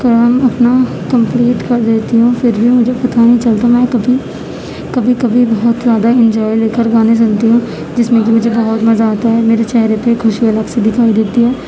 کام اپنا کمپلیٹ کر دیتی ہوں پھر بھی مجھے پتہ نہیں چلتا میں کبھی کبھی کبھی بہت زیادہ انجوائے لے کر گانے سنتی ہوں جس میں کہ مجھے بہت مزہ آتا ہے میرے چہرے پہ خوشی الگ سے دکھائی دیتی ہے